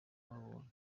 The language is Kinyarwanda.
babonye